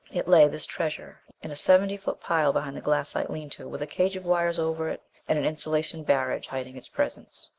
it lay this treasure in a seventy foot pile behind the glassite lean-to, with a cage of wires over it and an insulation barrage hiding its presence.